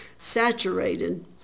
saturated